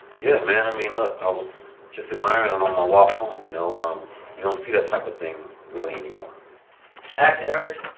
yeah man i mean look i was just admiring i'm on my walk home you know um you don't see that type of thing really anymore, action urg